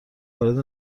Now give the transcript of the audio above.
وارد